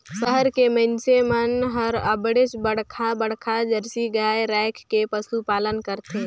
सहर के मइनसे मन हर अबड़ेच बड़खा बड़खा जरसी गाय रायख के पसुपालन करथे